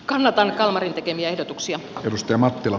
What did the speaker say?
kannatan kalmarin tekemiä ehdotuksia ristiä mattila